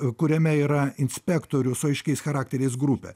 kuriame yra inspektorius o aiškiais charakteriais grupė